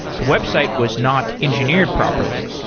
the website was not engineered properly,